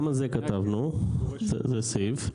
גם על זה כתבנו, זה סעיף.